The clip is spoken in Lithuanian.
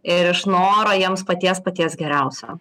ir iš noro jiems paties paties geriausio